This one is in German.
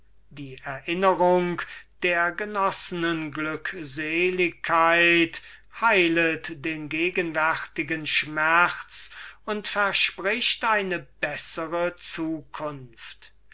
die erinnerung der genossenen glückseligkeit heilet den gegenwärtigen schmerz und verspricht eine bessere zukunft